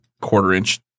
quarter-inch